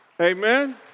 Amen